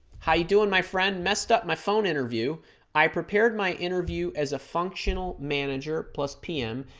how you doing my friend messed up my phone interview i prepared my interview as a functional manager plus p m.